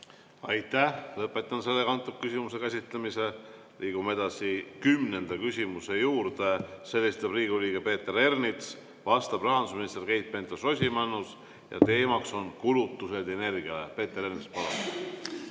Aitäh! Lõpetan selle küsimuse käsitlemise. Liigume edasi kümnenda küsimuse juurde. Selle esitab Riigikogu liige Peeter Ernits, vastab rahandusminister Keit Pentus-Rosimannus ja teema on kulutused energiale. Peeter Ernits, palun!